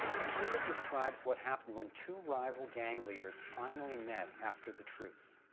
aqeela describes what happened, when two rival gang leaders finally met after the truce.